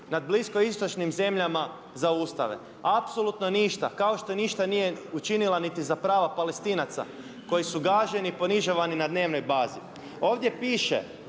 nad bliskoistočnim zemljama zaustave? Apsolutno ništa kao što ništa nije učinila niti za prava Palestinaca koji su gaženi i ponižavani na dnevnoj bazi. Ovdje piše